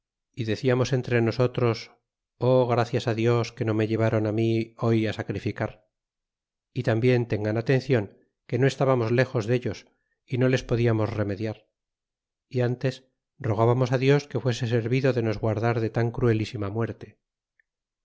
y decíamos entre nosotros ó gracias á dios que no me llevaron mi hoy sacrificar y tambien tengan atencion que no lejos dellos y no les podiamos remediar y antes rogábamos dios que fuese servido de nos guardar de tan cruelísima muerte